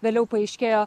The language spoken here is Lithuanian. vėliau paaiškėjo